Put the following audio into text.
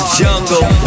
jungle